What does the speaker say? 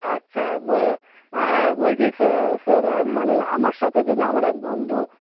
আচ্ছা বল sir sir মানে আমার সাথে যে আমার এক বন্ধু